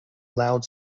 loud